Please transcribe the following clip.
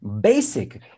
basic